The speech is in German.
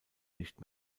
nicht